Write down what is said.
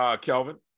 Kelvin